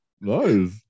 Nice